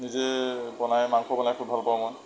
নিজে বনাই মাংস বনাই খুব ভাল পাওঁ মই